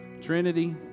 Trinity